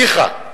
ניחא,